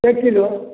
एक किलो